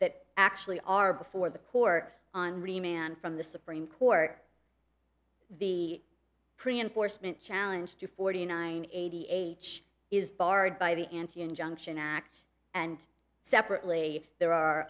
that actually are before the court on ri man from the supreme court the pre enforcement challenge to forty nine eighty eight is barred by the anti injunction act and separately there are